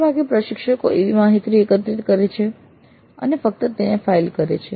મોટા ભાગે પ્રશિક્ષકો માહિતી એકત્રિત કરે છે અને ફક્ત તેને ફાઇલ કરે છે